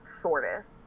shortest